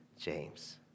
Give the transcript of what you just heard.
James